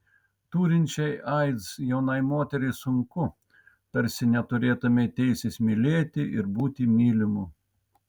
turinčiai aids jaunai moteriai sunku tarsi neturėtumei teisės mylėti ir būti mylimu